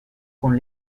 con